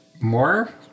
more